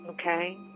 okay